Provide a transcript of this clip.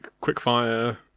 quick-fire